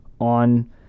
on